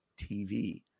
TV